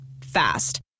Fast